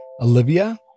Olivia